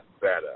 better